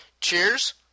Cheers